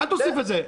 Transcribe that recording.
אל תוסיף את זה.